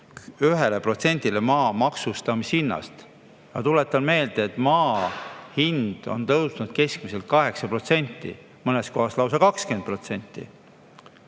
0,5%-lt 1%-le maa maksustamishinnast. Aga tuletan meelde, et maa hind on tõusnud keskmiselt 8%, mõnes kohas lausa 20%.